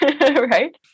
right